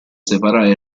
separare